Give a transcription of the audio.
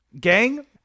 Gang